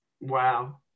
Wow